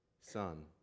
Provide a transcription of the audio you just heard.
son